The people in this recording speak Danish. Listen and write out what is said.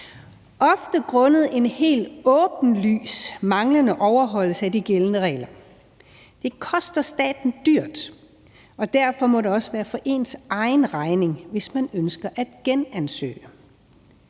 ofte grundet en helt åbenlys manglende overholdelse af de gældende regler. Det koster staten dyrt, og derfor må det også være for ens egen regning, hvis man ønsker at genansøge.